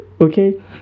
Okay